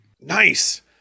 Nice